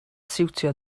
siwtio